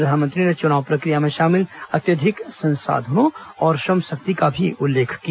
प्रधानमंत्री ने चुनाव प्रक्रिया में शामिल अत्यधिक संसाधनों और श्रम शक्ति का भी उल्लेख किया